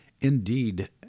indeed